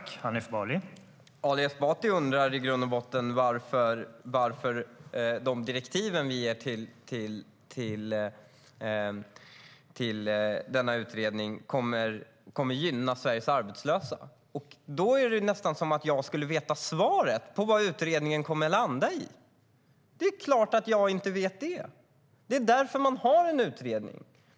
Herr talman! Ali Esbati undrar i grund och botten varför de direktiv vi ger till denna utredning kommer att gynna Sveriges arbetslösa. Då är det nästan som att jag skulle veta svaret på vad utredningen kommer att landa i. Det är klart att jag inte vet det! Det är därför man har en utredning.